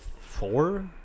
four